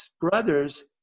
brothers